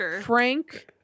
Frank